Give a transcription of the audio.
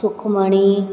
Sukhmani